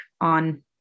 on